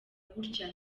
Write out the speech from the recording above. gutya